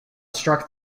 struck